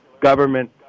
government